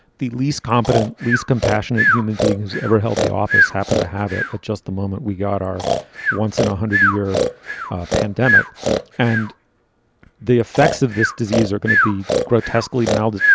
the least competent, least compassionate human being has ever held. the office happen to have it at just the moment we got our once in one ah hundred year pandemic and the effects of this disease are going to be grotesquely molded,